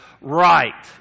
right